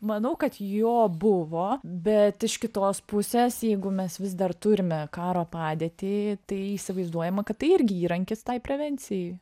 manau kad jo buvo bet iš kitos pusės jeigu mes vis dar turime karo padėtį tai įsivaizduojama kad tai irgi įrankis tai prevencijai